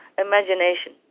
imagination